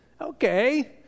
okay